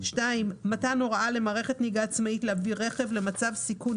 (2)מתן הוראה למערכת נהיגה עצמאית להעביר רכב למצב סיכון